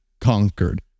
conquered